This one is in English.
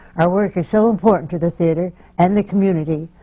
our work is so important to the theatre and the community,